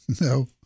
No